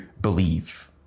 believe